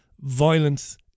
Violence